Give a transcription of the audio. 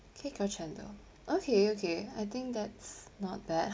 okay cendol okay okay I think that's not bad